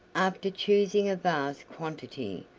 after choosing a vast quantity,